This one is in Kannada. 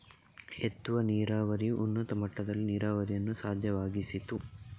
ಎತ್ತುವ ನೀರಾವರಿಯು ಉನ್ನತ ಮಟ್ಟದಲ್ಲಿ ನೀರಾವರಿಯನ್ನು ಸಾಧ್ಯವಾಗಿಸಿತು